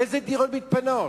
איזה דירות מתפנות?